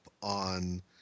on